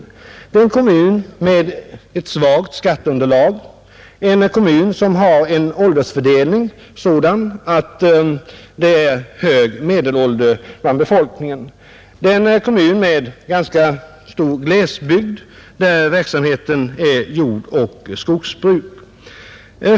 Det är en kommun med ett svagt skatteunderlag, en kommun där befolkningens medelålder är hög. Det är en kommun med ganska stor glesbygd, där verksamheten är jordoch skogsbruk.